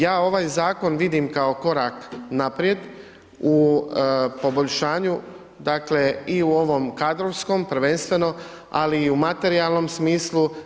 Ja ovaj zakon vidim kao korak naprijed u poboljšanju i u ovom kadrovskom prvenstveno, ali i u materijalnom smislu.